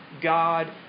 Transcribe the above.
God